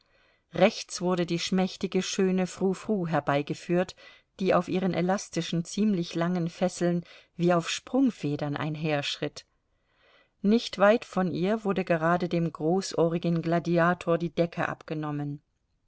rechts wurde die schmächtige schöne frou frou herbeigeführt die auf ihren elastischen ziemlich langen fesseln wie auf sprungfedern einherschritt nicht weit von ihr wurde gerade dem großohrigen gladiator die decke abgenommen